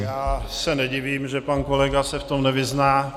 Já se nedivím, že pan kolega se v tom nevyzná.